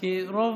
כי רוב